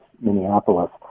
Minneapolis